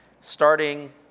starting